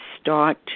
start